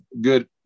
good